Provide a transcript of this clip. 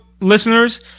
listeners